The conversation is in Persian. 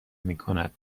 میکند